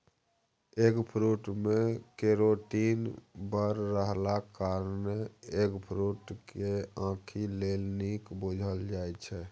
eggfruit मे carotene बड़ रहलाक कारणेँ एगफ्रुट केँ आंखि लेल नीक बुझल जाइ छै